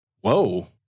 Whoa